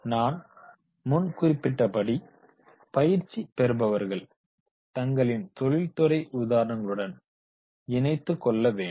நான் முன் குறிப்பிட்டபடி பயிற்சி பெறுபவர்கள் தங்களின் தொழில்துறை உதாரணங்களுடன் இணைத்து கொள்ள வேண்டும்